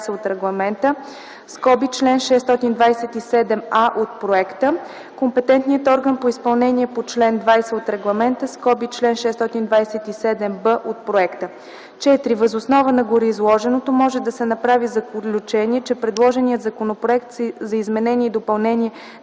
от регламента (чл. 627а от проекта), компетентният орган по изпълнение по чл. 20 от регламента (чл. 627б от проекта). IV. Въз основа на гореизложеното може да се направи заключение, че предложеният Законопроект за изменение и допълнение